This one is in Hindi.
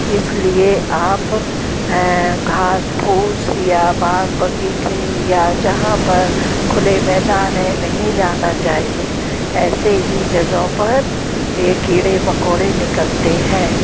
इस लिए आप घांस फूस या बाग़ बग़ीचे या जहाँ पर खुले मैदान हैं नहीं जाना चाहिए ऐसे ही जगहों पर ये कीड़े मकौड़े निकलते हैं